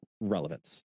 relevance